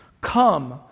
Come